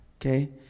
Okay